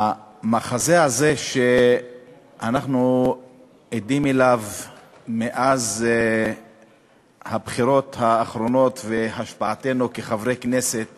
המחזה הזה שאנחנו עדים לו מאז הבחירות האחרונות והשבעתנו כחברי כנסת